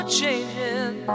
changing